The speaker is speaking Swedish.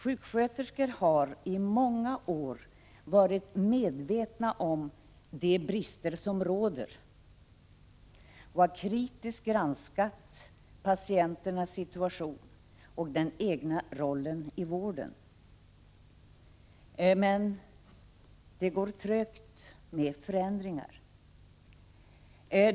Sjuksköterskor har i många år varit medvetna om de brister som råder och kritiskt granskat patienternas situation och den egna rollen i vården. Men det går trögt med förändringar.